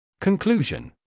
Conclusion